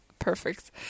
perfect